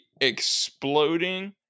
exploding